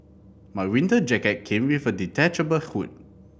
my winter jacket came with a detachable hood